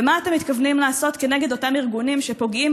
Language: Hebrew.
מה אתם מתכוונים לעשות נגד אותם ארגונים שפוגעים